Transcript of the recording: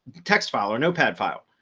txt file or notepad file.